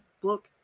book